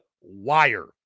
wire